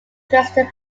dresden